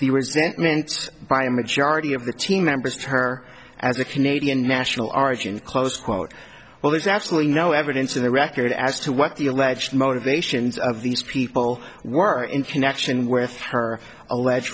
the resentments by a majority of the team members of her as a canadian national origin close quote well there's absolutely no evidence in the record as to what the alleged motivations of these people were in connection with her alleged